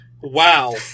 Wow